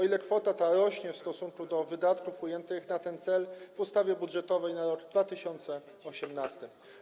O ile ta kwota wzrośnie w stosunku do wydatków ujętych na ten cel w ustawie budżetowej na rok 2018?